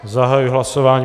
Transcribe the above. Zahajuji hlasování.